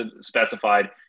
specified